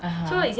(uh huh)